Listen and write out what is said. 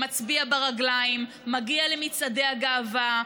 מצביע ברגליים ומגיע למצעדי הגאווה.